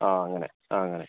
ആ അങ്ങനെ ആ അങ്ങനെ